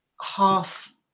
half